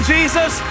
Jesus